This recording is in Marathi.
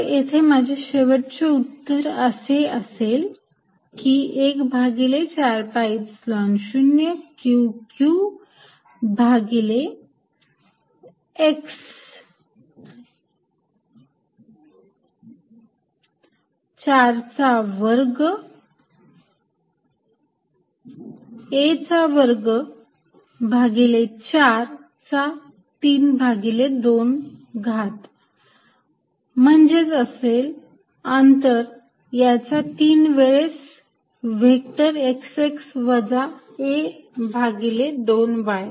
तर येथे माझे शेवटचे उत्तर असे असेल की एक भागिले 4 पाय ईप्सिलॉन 0 Q q भागिले x 4 चा वर्ग a चा वर्ग भागिले 4 चा 32 घात म्हणजेच असेल अंतर याचा 3 तीन वेळेस व्हेक्टर x x वजा a भागले 2 y